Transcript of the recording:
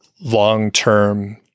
long-term